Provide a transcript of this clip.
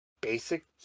basic